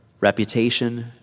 reputation